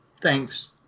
Thanks